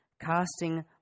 casting